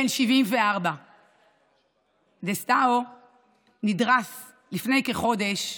בן 74. דסטאו נדרס לפני כחודש,